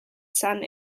san